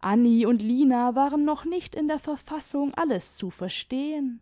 anni und lina waren noch nicht in der verfassung alles zu verstehen